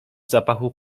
zapachu